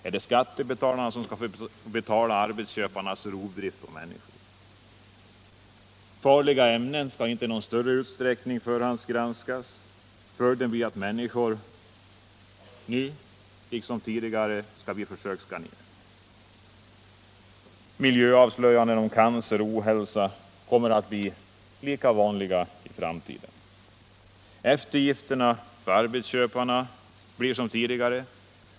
Är det skattebetalarna som skall betala arbetsköparnas rovdrift på människor? Farliga ämnen skall inte i någon större utsträckning förhandsgranskas. Följden blir att människor nu liksom tidigare skall vara försökskaniner. Miljöavslöjanden om cancer och ohälsa kommer att bli lika vanliga i framtiden. Eftergifterna åt arbetsköparna blir som tidigare.